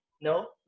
No